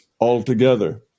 altogether